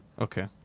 Okay